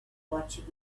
watching